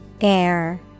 Air